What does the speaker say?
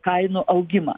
kainų augimą